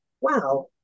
wow